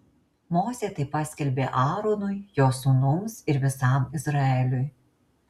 mozė tai paskelbė aaronui jo sūnums ir visam izraeliui